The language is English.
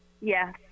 yes